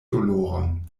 doloron